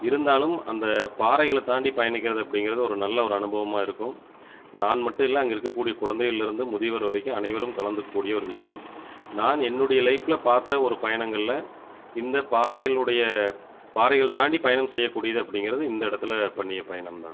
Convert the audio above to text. இருந்தாலும் அந்த பாறைகளைத்தாண்டி பயணிக்கிறது அப்படிங்குறது ஒரு நல்ல ஒரு அனுபவமாக இருக்கும் நான் மட்டும் இல்லை அங்கே இருக்க கூடிய குழந்தைகள்லிருந்து முதியவர் வரைக்கும் அனைவரும் கலந்துக்க கூடிய ஒரு விஷயம் நான் என்னுடைய லைஃபில் பார்த்த ஒரு பயணங்களில் இந்தப்பாறைகளுடைய பாறைகள் தாண்டி பயணம் செய்ய கூடிய இது அப்படிங்கிறது இந்த இடத்துல பண்ணிய பயணம் தான்